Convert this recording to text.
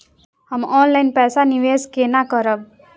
हम ऑनलाइन पैसा निवेश केना करब?